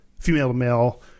female-to-male